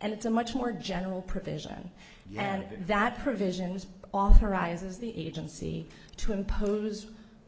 and it's a much more general provision and that provisions authorizes the agency to impose